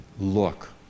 look